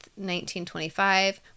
1925